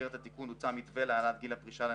במסגרת התיקון הוצע מתווה להעלאת גיל הפרישה לנשים,